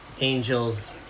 angel's